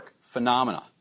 phenomena